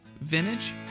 vintage